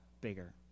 bigger